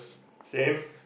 same